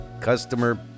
customer